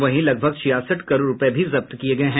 वहीं लगभग छियासठ करोड़ रूपये भी जब्त किये गये हैं